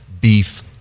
beef